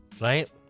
right